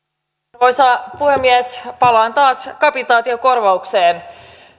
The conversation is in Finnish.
arvoisa puhemies palaan taas kapitaatiokorvaukseen